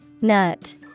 Nut